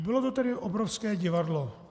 Bylo to tedy obrovské divadlo.